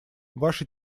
ваши